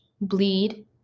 bleed